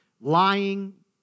Lying